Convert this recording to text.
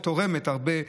ותורמת הרבה,